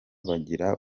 bagira